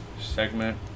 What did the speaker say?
segment